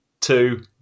two